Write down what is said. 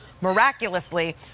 miraculously